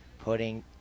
putting